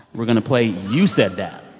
we're going to play you said that